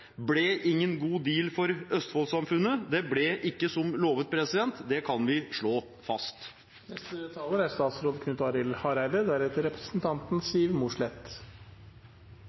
ble ingen god deal for østfoldsamfunnet. Det ble ikke som lovet. Det kan vi slå fast.